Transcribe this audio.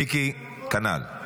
מיקי, כנ"ל.